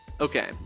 Okay